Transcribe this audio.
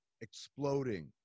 exploding